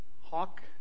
Hawk